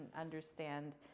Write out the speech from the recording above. understand